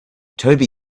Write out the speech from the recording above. toby